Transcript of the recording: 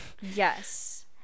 yes